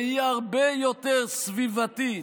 והיא הרבה יותר סביבתית,